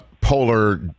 polar